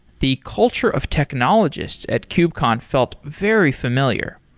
the culture of technologists at kubecon felt very familiar.